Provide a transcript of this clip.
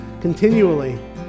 continually